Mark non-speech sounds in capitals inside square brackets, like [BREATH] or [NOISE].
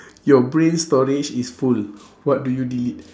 [BREATH] your brain storage is full what do you delete